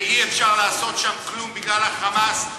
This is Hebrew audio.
ואי-אפשר לעשות שם כלום בגלל ה"חמאס"